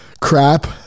crap